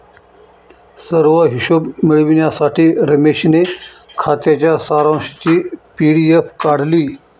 सर्व हिशोब मिळविण्यासाठी रमेशने खात्याच्या सारांशची पी.डी.एफ काढली